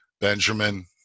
Benjamin